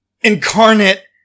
incarnate